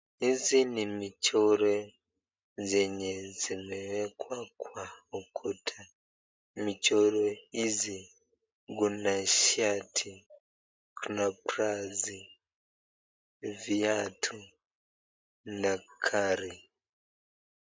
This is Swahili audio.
Hizi ni michoro zenye zimewekwa kwa ukuta, michoro hizi kuna shati, tuna blausi, viatu na gari.